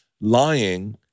lying